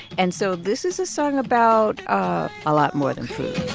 and so this is a song about ah a lot more than food.